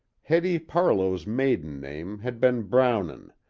hetty parlow's maiden name had been brownon,